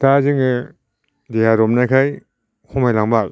दा जोङो दैया राननायखाय खमायलांबाय